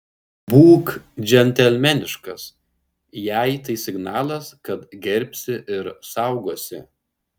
būk džentelmeniškas jai tai signalas kad gerbsi ir saugosi